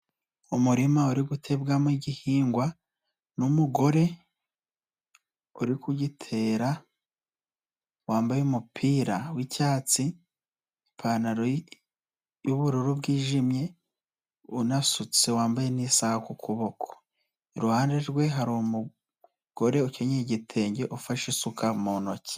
Umurima uri gutebwamo igihingwa n'umugore uri kugitera, wambaye umupira w'icyatsi ipantaro y'ubururu bwijimye, unasutse, wambaye n'isaha ku kuboko, iruhande rwe hari umugore ukennye igitenge, ufashe isuka mu ntoki.